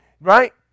right